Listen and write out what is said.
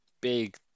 big